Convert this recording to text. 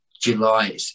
july